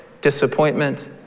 disappointment